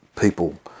people